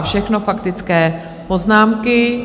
Všechno faktické poznámky.